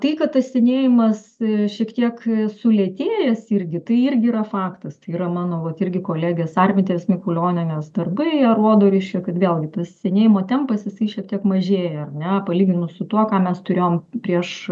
tai kad tas senėjimas šiek tiek sulėtėjęs irgi tai irgi yra faktas tai yra mano vat irgi kolegė sarmitės mikulionienės darbai jie rodo reiškia kad vėlgi tas senėjimo tempas jisai šiek tiek mažėja ar ne palyginus su tuo ką mes turėjom prieš